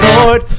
Lord